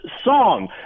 song